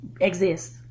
exist